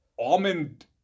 Almond